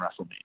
wrestlemania